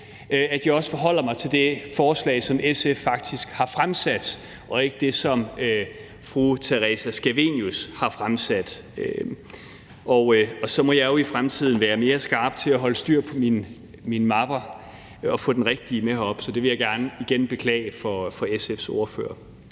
at jeg også forholder mig til det forslag, som SF faktisk har fremsat, og ikke det, som fru Theresa Scavenius har fremsat. Så må jeg jo i fremtiden være mere skarp til at holde styr på mine mapper og få den rigtige med herop, så det vil jeg gerne igen beklage over for SF's ordfører.